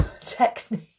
technique